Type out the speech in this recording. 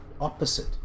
opposite